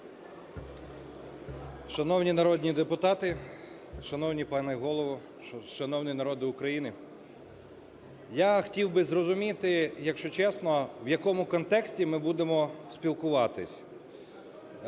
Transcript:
Шановні народні депутати, шановний пане Голово, шановний народе України! Я хотів би зрозуміти, якщо чесно, в якому контексті ми будемо спілкуватись,